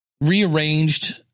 rearranged